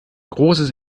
großes